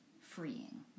freeing